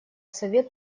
совет